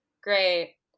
great